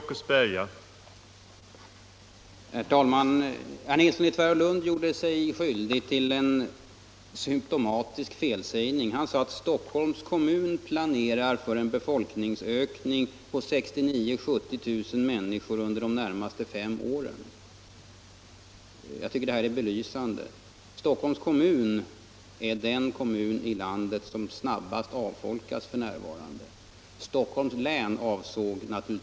Herr talman! Herr Nilsson i Tvärålund gjorde sig skyldig till en symtomatisk felsägning. Han sade att Stockholms kommun planerar för en befolkningsökning på 69 000-70 000 människor under de närmaste fem åren. Stockholms kommun är den kommun i landet som f.n. avfolkas snabbast.